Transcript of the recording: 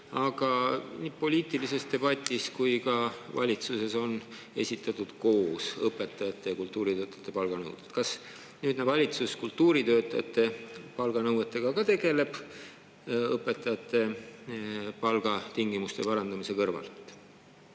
Nii poliitilises debatis kui ka valitsuses on esitatud koos õpetajate ja kultuuritöötajate palganõuded. Kas nüüdne valitsus kultuuritöötajate palganõuetega ka tegeleb õpetajate palgatingimuste parandamise kõrvalt?